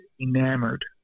enamored